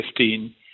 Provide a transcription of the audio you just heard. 2015